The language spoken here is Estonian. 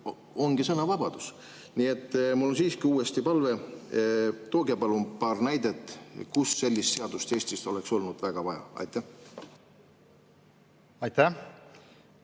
ongi sõnavabadus. Mul on siiski uuesti palve: tooge palun paar näidet, kui sellist seadust Eestis oleks olnud väga vaja. Aitäh! Selle